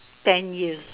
ten years